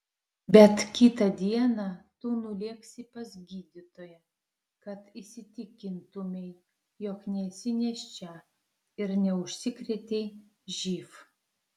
bet kitą dieną tu nulėksi pas gydytoją kad įsitikintumei jog nesi nėščia ir neužsikrėtei živ